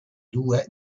due